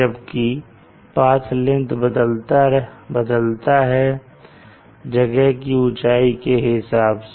जबकि path length बदलता है जगह की ऊंचाई के हिसाब से